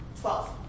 Twelve